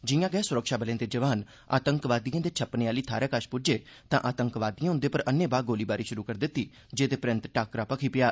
जिआं गै सुरक्षाबलें दे जवान आतंकवादिएं दे छप्पने आहली थाहै कश प्ज्जे तां आतंकवादिएं उप्पर पर अन्नेबाह् गोलीबारी शुरु करी दित्ती जेहदे परैन्त टाक्करा भखी पेआ